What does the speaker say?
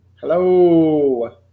Hello